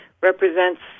represents